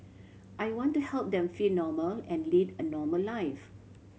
I want to help them feel normal and lead a normal life